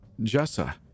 Jessa